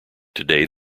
today